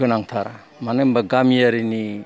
गोनांथार मानो होनोबा गामियारिनि